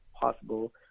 possible